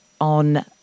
on